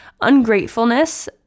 ungratefulness